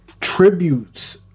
tributes